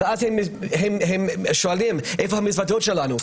אחר כך הם שאלו איפה המזוודות שלהם,